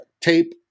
tape